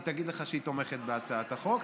היא תגיד לך שהיא תומכת בהצעת החוק,